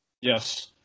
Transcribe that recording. Yes